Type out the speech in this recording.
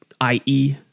I-E